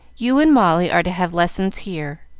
you and molly are to have lessons here.